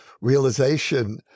realization